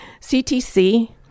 CTC